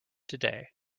today